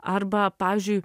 arba pavyzdžiui